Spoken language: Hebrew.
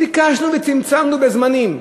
ביקשנו וצמצמנו בזמנים,